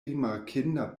rimarkinda